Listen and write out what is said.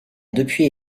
depuis